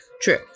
True